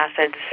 acids